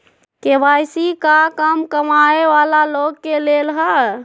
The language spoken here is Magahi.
के.वाई.सी का कम कमाये वाला लोग के लेल है?